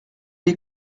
les